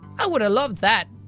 i woulda loved that.